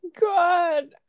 god